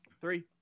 Three